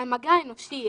המגע האנושי,